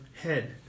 head